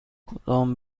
کدام